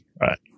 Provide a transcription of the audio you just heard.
Right